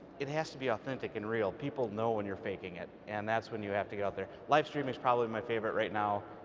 it has to be authentic and real. people know when you're faking it, and that's when you have to get out there. livestream is probably my favorite right now,